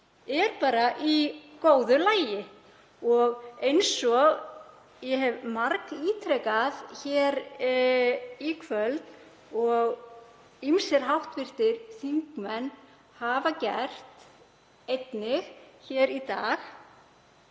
er bara í góðu lagi. Og eins og ég hef margítrekað hér í kvöld og ýmsir hv. þingmenn hafa einnig gert í dag